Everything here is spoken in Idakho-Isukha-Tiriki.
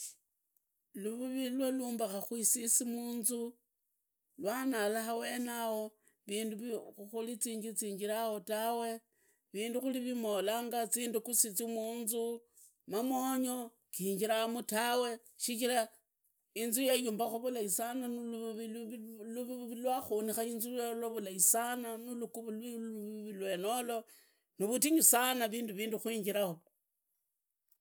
Luvuvi lwalumbakha kwisis munzu vana lwanala hawenao, vindu kuri zinchi zingirao tawe, vindu kuli vimolanga, zindukuzi zi muunzu, mamongo ginjiri mu tawe, sichira inzu yagumbakwa vulai sana na luvuvi lwenelo, nivundinya sana vindu kunjirao.